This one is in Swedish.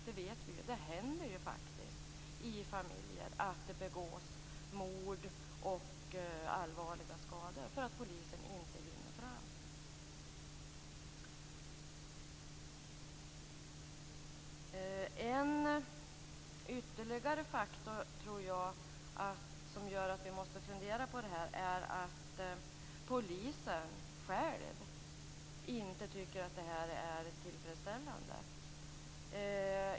Det vet vi. Det händer att det i familjer begås mord och att det uppstår allvarliga skador för att polisen inte hinner fram. En ytterligare faktor som gör att vi måste fundera på det här är att poliserna själva inte tycker att situationen är tillfredsställande.